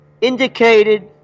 Indicated